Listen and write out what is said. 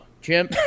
Jim